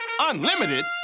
Unlimited